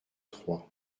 trois